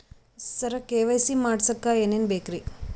ಸರ KYC ಮಾಡಸಕ್ಕ ಎನೆನ ಬೇಕ್ರಿ?